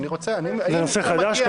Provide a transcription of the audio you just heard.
זה נושא חדש?